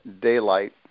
daylight